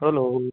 hello